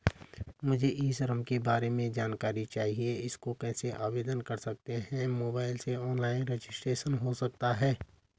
मुझे e Shram card के बारे में जानकारी चाहिए इसको कैसे आवेदन कर सकते हैं मोबाइल से ऑनलाइन रजिस्ट्रेशन हो सकता है?